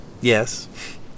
Yes